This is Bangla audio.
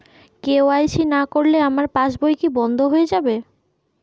কে.ওয়াই.সি না করলে আমার পাশ বই কি বন্ধ হয়ে যাবে?